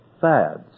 fads